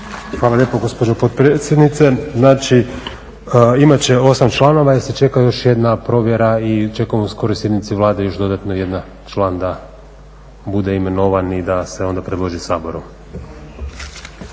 Hvala lijepo gospođo potpredsjednice. Znači imat će 8 članova jer se čeka još jedna provjera i … sjednici Vlade još dodatno jedan član da bude imenovan i da se onda predloži Saboru.